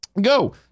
Go